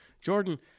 jordan